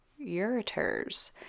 ureters